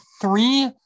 three